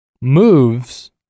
moves